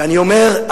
ואני אומר,